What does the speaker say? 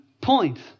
point